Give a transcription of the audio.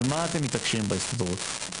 אנחנו